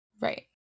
Right